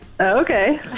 Okay